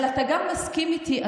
אבל אתה גם מסכים איתי,